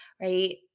right